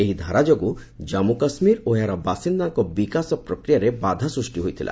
ଏହି ଧାରା ଯୋଗୁଁ ଜାନ୍ଧ କାଶ୍ୱୀର ଓ ଏହାର ବାସିନ୍ଦାଙ୍କ ବିକାଶ ପ୍ରକ୍ରିୟାରେ ବାଧା ସୃଷ୍ଟି ହୋଇଥିଲା